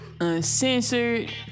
uncensored